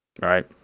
Right